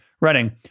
running